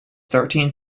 thirteen